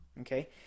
okay